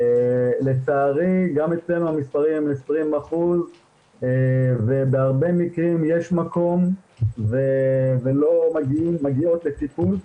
לצערי גם אצלנו המספרים הם 20% ובהרבה מקרים יש מקום ולא מגיעות לטיפול,